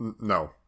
No